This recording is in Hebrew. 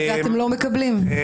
ואתם לא מקבלים.